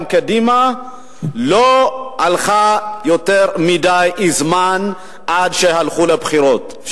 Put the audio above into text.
גם קדימה לא הלכה יותר מדי זמן עד שהלכו לבחירות.